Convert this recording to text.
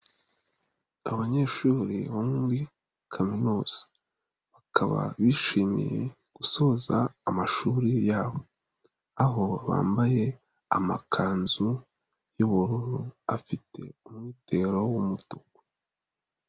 Abanyeshuri bo muri kaminuza, bakaba bishimiye gusoza amashuri yabo, aho bambaye amakanzu y'ubururu afite umwitero w'umutuku.